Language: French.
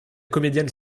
comédienne